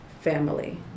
family